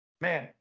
Man